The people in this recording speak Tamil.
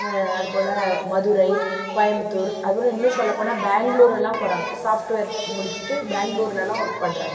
அது போல் மதுரை கோயமுத்தூர் அப்புறம் இன்னும் சொல்லப் போனால் பெங்களூர் எல்லாம் போகிறாங்க சாப்ட்ஃவேர் முடிச்சுட்டு பெங்களுர்லலாம் ஒர்க் பண்ணுறாங்க